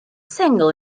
sengl